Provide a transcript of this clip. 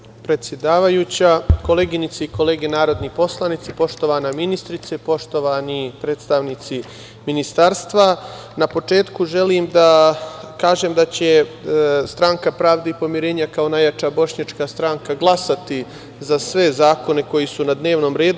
Poštovana predsedavajuća, koleginice i kolege narodni poslanici, poštovana ministrice, poštovani predstavnici ministarstva, na početku želim da kažem da će Stranka pravde i pomirenja, kao najjača bošnjačka stranka, glasati za sve zakone koji su na dnevnom redu.